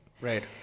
Right